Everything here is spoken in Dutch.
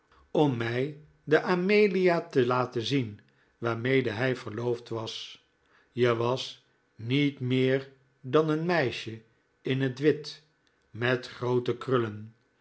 om mij de amelia te laten zien waarmede hij verloofd was je was niet meer dan een meisje in het wit met groote krullen